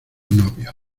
novios